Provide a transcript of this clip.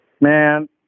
Man